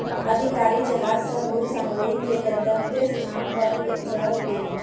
अधिकारी जहाज सॅ बहुत सामग्री के गंतव्य स्थान पर लअ गेल